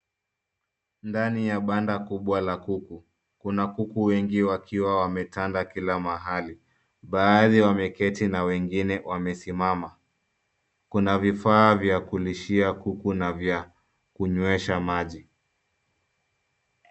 Ndani ya banda kubwa la kuku, kuna kuku wengi wakiwa wametanda kila mahali. Baadhi wameketi na wengine wamesimama. Kuna vifaa vya kulishia kuku na vya kunywesha maji.